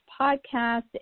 podcast